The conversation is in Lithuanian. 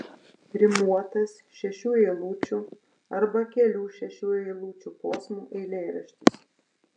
rimuotas šešių eilučių arba kelių šešių eilučių posmų eilėraštis